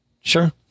sure